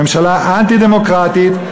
ממשלה אנטי-דמוקרטית.